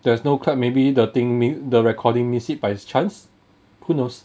there's no clap maybe the thing make the recording miss it by chance who knows